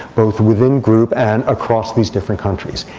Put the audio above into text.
both within group and across these different countries.